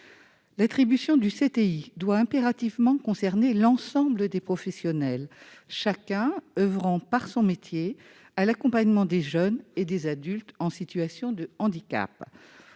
L'attribution du CTI doit impérativement concerner l'ensemble des professionnels, chacun oeuvrant, par son métier, à l'accompagnement des jeunes et des adultes en situation de handicap.